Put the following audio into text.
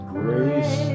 grace